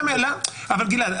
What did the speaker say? גלעד,